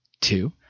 two